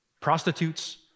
Prostitutes